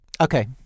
Okay